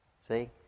See